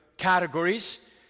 Categories